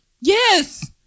Yes